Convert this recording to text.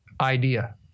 idea